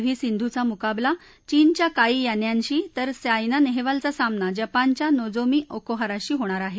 V सिंधूचा मुकाबला चीनच्या काई यान्यानशी तर सायना नेहवालचा सामना जपानच्या नोजोमी ओकोहराशी होणार आहे